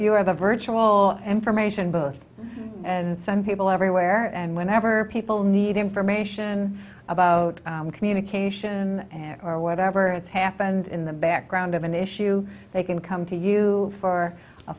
you have a virtual information books and some people everywhere and whenever people need information about communication or whatever has happened in the background of an issue they can come to you for a